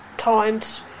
times